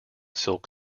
silk